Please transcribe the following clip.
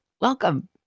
Welcome